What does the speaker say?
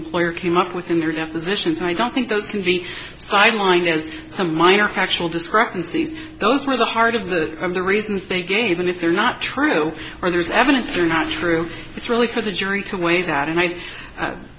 employer came up with in their definitions and i don't think those can be sidelined as some minor factual discrepancies those were the heart of the of the reasons they gave in if they're not true or there's evidence or not true it's really for the jury to weigh that and i